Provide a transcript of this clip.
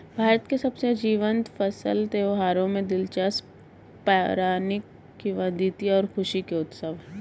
भारत के सबसे जीवंत फसल त्योहारों में दिलचस्प पौराणिक किंवदंतियां और खुशी के उत्सव है